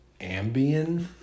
Ambien